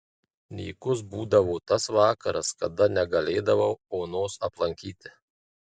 nykus būdavo tas vakaras kada negalėdavau onos aplankyti